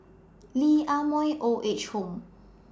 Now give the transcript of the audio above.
Lee Ah Mooi Old Age Home